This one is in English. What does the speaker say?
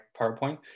PowerPoint